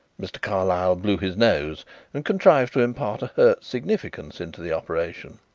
mr. carlyle blew his nose and contrived to impart a hurt significance into the operation.